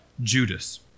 Judas